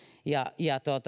ja ja